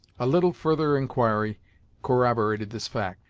a little further inquiry corroborated this fact,